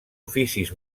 oficis